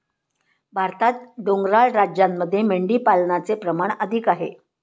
भारतात डोंगराळ राज्यांमध्ये मेंढीपालनाचे प्रमाण अधिक आहे